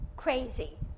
Crazy